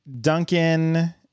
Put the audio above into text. duncan